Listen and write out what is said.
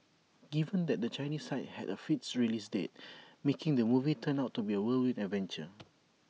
given that the Chinese side had A fixed release date making the movie turned out to be A whirlwind adventure